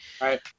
Right